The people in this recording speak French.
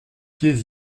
pieds